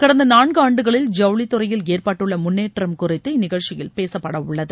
கடந்த நான்கு ஆண்டுகளில் ஜவுளித் துறையில் ஏற்பட்டுள்ள முன்னேற்றம் குறித்து இந்நிகழ்ச்சியில் பேசப்பட உள்ளது